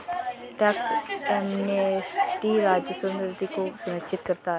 tax amnesty राजस्व में वृद्धि को सुनिश्चित करता है